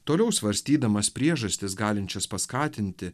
toliau svarstydamas priežastis galinčias paskatinti